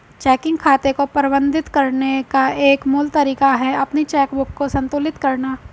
checking खाते को प्रबंधित करने का एक मूल तरीका है अपनी चेकबुक को संतुलित करना